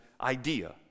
idea